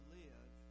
live